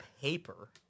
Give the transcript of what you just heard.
paper